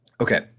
Okay